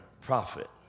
prophet